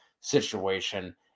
situation